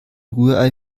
rührei